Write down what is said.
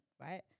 right